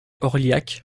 orliac